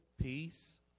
peace